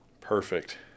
perfect